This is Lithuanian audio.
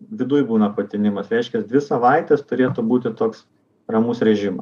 viduj būna patinimas reiškias dvi savaites turėtų būti toks ramus režimą